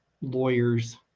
lawyers